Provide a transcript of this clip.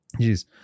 Jeez